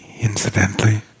Incidentally